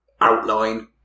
outline